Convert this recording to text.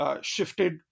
shifted